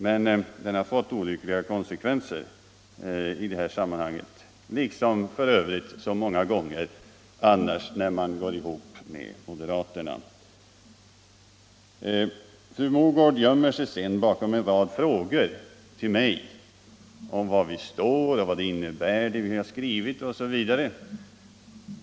Men den har fått olyckliga konsekvenser för center partiet i detta sammanhang — liksom för övrigt så många gånger annars, när man gått ihop med moderaterna. Fru Mogård gömmer sig sedan bakom en rad frågor till mig var vi står och vad det vi skrivit innebär osv.